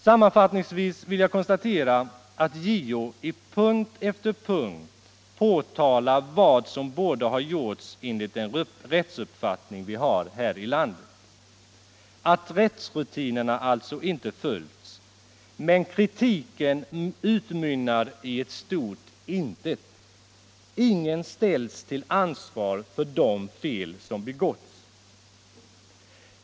Sammanfattningsvis vill jag konstatera att JO i punkt efter punkt påtalar vad som borde ha gjorts enligt den rättsuppfattning vi har här i landet, alltså att rättsrutinen inte följts. Men kritiken utmynnar i ett 15 stort intet. Ingen ställs till ansvar för de fel som begåtts.